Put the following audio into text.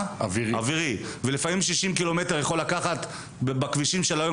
מרחק כזה יכול לקחת בכבישים של היום